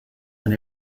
and